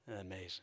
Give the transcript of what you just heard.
Amazing